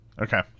Okay